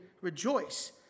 rejoice